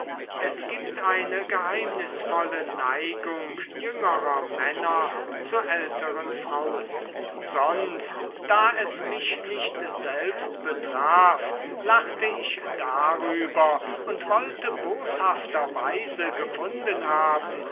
es gibt eine geheimnisvolle neigung jüngerer männer zu älteren frauen sonst da es mich nicht selbst betraf lachte ich darüber und wollte boshafterweise gefunden haben